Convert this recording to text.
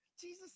Jesus